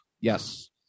Yes